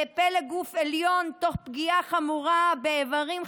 לפלג גוף העליון תוך פגיעה חמורה באיברים חיוניים,